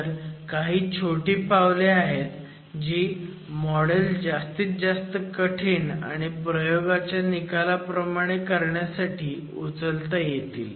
तर काही छोटी पावले आहेत जी मॉडेल जास्तीत जास्त कठीण आणि प्रयोगाच्या निकालाप्रमाबे करण्यासाठी उचलता येतील